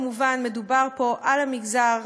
כמובן, מדובר פה על המגזר,